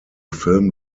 film